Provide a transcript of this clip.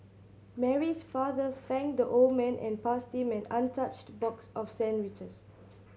Mary's father thanked the old man and passed him an untouched box of sandwiches